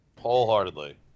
Wholeheartedly